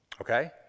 Okay